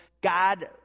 God